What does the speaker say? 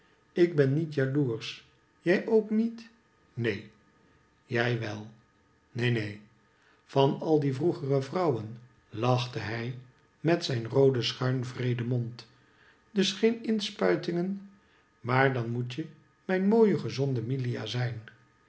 ik ben niet jaloersch jij ook niet neen jij wel neen neen van al die vroegere vrouwen lachte hij met zijn rooden schuin wreeden mond dus geen inspuitingen maar dan moet je mijn mooie gezonde milia zijn